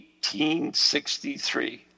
1863